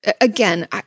again